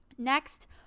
next